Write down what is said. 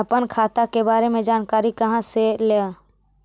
अपन खाता के बारे मे जानकारी कहा से ल?